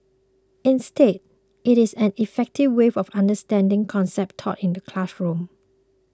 instead it is an effective way of understanding concepts taught in the classroom